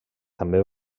també